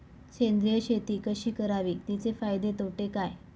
सेंद्रिय शेती कशी करावी? तिचे फायदे तोटे काय?